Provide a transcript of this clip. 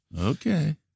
Okay